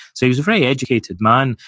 so, he was a very educated man,